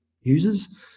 users